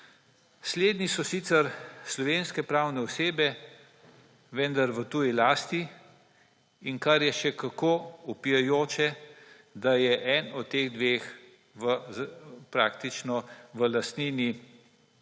Slednji so sicer slovenske pravne osebe, vendar v tuji lasti, in kar je še kako vpijoče, je, da je en od teh dveh praktično v lastnini